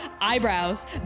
eyebrows